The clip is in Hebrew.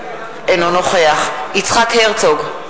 אינו נוכח יצחק הרצוג,